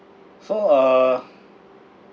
so uh